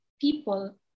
people